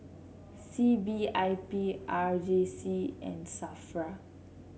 C B I B R J C and Safra